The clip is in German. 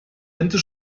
ende